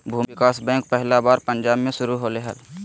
भूमि विकास बैंक पहला बार पंजाब मे शुरू होलय हल